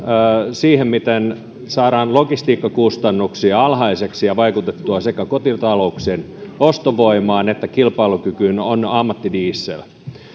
siihen miten saadaan logistiikkakustannuksia alhaisiksi ja vaikutettua sekä kotitalouksien ostovoimaan että kilpailukykyyn on ammattidiesel